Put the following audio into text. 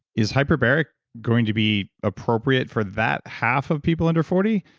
is hyperbaric going to be appropriate for that half of people under forty?